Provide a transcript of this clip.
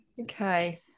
okay